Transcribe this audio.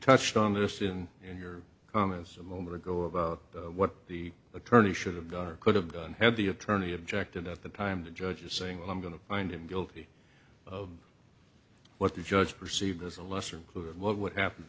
touched on this in your comments a moment ago about what the attorney should have gone or could have done had the attorney objected at the time the judge is saying well i'm going to find him guilty of what the judge perceived as a lesser included what